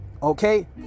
okay